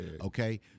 Okay